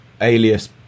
alias